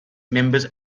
members